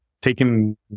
taking